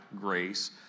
grace